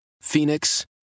Phoenix